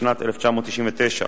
התשנ"ט 1999,